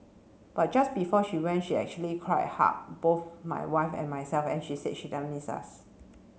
but just before she went she actually cried hugged both my wife and myself and she said she'd miss us